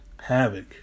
Havoc